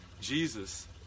Jesus